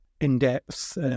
in-depth